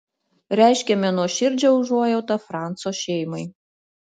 reiškiame nuoširdžią užuojautą franco šeimai